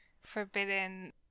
forbidden